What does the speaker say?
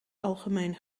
algemeen